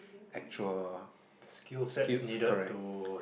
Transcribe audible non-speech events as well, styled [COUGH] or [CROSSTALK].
actual [BREATH] skills correct